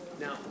Now